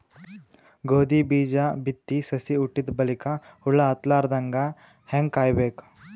ಗೋಧಿ ಬೀಜ ಬಿತ್ತಿ ಸಸಿ ಹುಟ್ಟಿದ ಬಲಿಕ ಹುಳ ಹತ್ತಲಾರದಂಗ ಹೇಂಗ ಕಾಯಬೇಕು?